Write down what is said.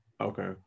Okay